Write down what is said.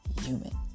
human